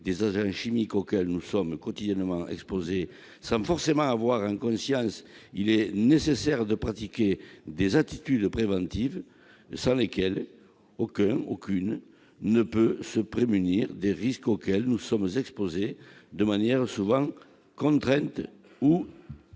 des agents chimiques auxquels nous sommes quotidiennement exposés sans forcément en être conscients, il est nécessaire de pratiquer des attitudes préventives sans lesquelles nulle personne ne peut se prémunir des risques auxquels elle est exposée, souvent de façon contrainte